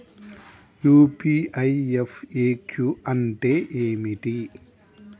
UPI FAQ అంటే ఏమిటి?